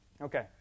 Okay